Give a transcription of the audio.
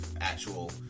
actual